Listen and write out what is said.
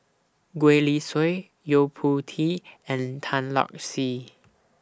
Gwee Li Sui Yo Po Tee and Tan Lark Sye